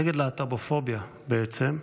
נגד להט"בופוביה בעצם,